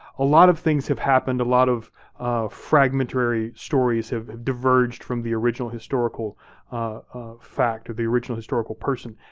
a lot of things have happened. a lot of fragmentary stories have diverged from the original historical ah fact, the original historical person.